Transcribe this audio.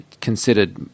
considered